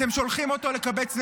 אתם שולחים אותו לקבץ נדבות?